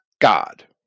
God